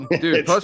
Dude